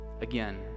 Again